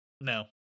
No